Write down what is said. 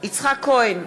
יצחק כהן,